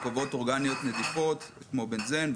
תרכובות אורגניות נדיפות כמו בנזן,